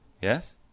Yes